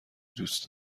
دوست